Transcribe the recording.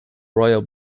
royal